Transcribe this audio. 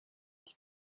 die